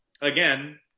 again